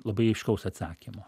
labai aiškaus atsakymo